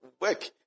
work